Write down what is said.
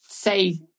Say